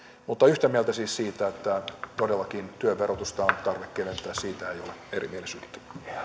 mutta yhtä mieltä ollaan siis siitä että todellakin työn verotusta on tarve keventää siitä ei ole erimielisyyttä